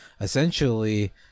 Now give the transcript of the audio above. essentially